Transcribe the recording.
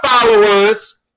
followers